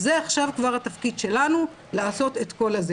זה עכשיו התפקיד שלנו לעשות את כל ה- -',